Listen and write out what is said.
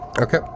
Okay